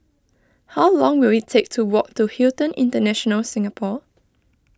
how long will it take to walk to Hilton International Singapore